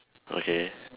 okay